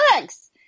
books